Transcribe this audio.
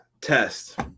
Test